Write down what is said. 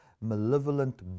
malevolent